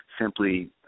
simply